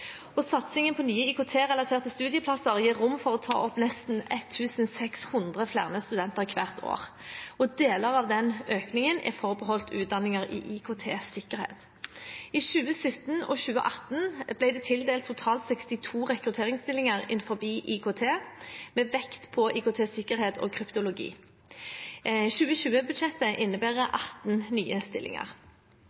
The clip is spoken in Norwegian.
Satsingen på nye IKT-relaterte studieplasser gir rom for å ta opp nesten 1 600 flere studenter hvert år. Deler av den økningen er forbeholdt utdanninger i IKT-sikkerhet. I 2017 og 2018 ble det tildelt totalt 62 rekrutteringsstillinger innenfor IKT, med vekt på IKT-sikkerhet og kryptologi. 2020-budsjettet innebærer